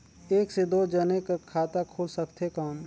एक से दो जने कर खाता खुल सकथे कौन?